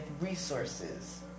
resources